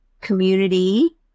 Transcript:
community